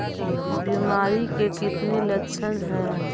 बीमारी के कितने लक्षण हैं?